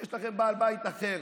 יש לכם בעל בית אחר.